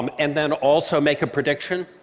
um and then also make a prediction,